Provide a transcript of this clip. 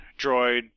Droid